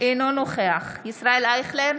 אינו נוכח ישראל אייכלר,